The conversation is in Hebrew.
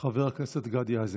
חבר הכנסת גדי איזנקוט.